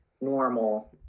normal